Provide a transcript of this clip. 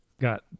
got